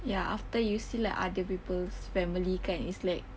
ya after you see like other people's family kan is like